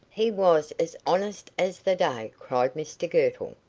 he was as honest as the day, cried mr girtle.